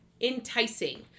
enticing